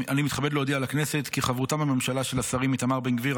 אני מתכבד להודיע לכנסת כי חברותם בממשלה של השרים איתמר בן גביר,